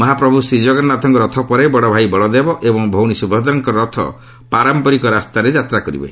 ମହାପ୍ରଭୁ ଶ୍ରୀଜଗନ୍ନାଥଙ୍କ ରଥ ପରେ ବଡ଼ଭାଇ ବଳଦେବ ଏବଂ ଭଉଣୀ ସ୍ରଭଦ୍ରାଙ୍କ ରଥ ପାରମ୍ପରିକ ରାସ୍ତାରେ ଯାତ୍ରା କରିବେ